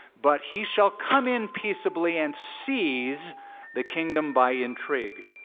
but he shall come in peaceably and seize the kingdom by intrigue.